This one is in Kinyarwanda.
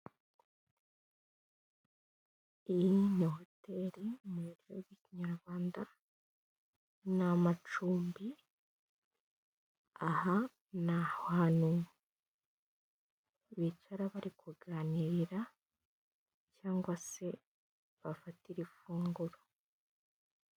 Iyi ni hoteli mu buryo bw'ikinyarwanda ni amacumbi aha ni ahantu bicara bari kuganirira cyangwa se bafatira ifunguro.